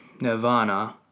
Nirvana